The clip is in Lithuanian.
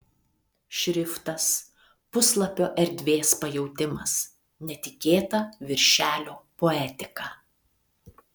šriftas puslapio erdvės pajautimas netikėta viršelio poetika